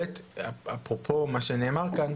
אפרופו מה שנאמר כאן,